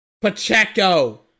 Pacheco